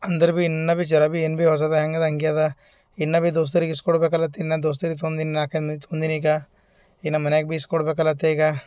ಅಂದರೂ ಭಿ ಇನ್ನೂ ಭಿ ಜರ ಭಿ ಏನು ಭಿ ಹೊಸದು ಹ್ಯಾಂಗದೆ ಹಂಗೆ ಅದು ಇನ್ನೂ ಭಿ ದೋಸ್ತರಿಗೆ ಇಸ್ಕೊಡ್ಬೇಕಲ್ಲತ್ತು ಇನ್ನೂ ದೋಸ್ತರಿಗೆ ತೊಂದಿನಿ ನಾಲ್ಕು ತೊಂದಿನಿ ಈಗ ಇನ್ನೂ ಮನ್ಯಾಗ ಭಿ ಇಸ್ಕೊಡ್ಬೇಕಲ್ಲತ್ತು ಈಗ